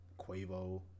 Quavo